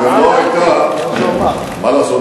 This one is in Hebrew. מה לעשות?